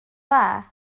dda